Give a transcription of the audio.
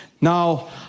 Now